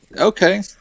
Okay